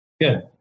Good